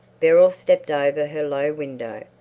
beryl stepped over her low window,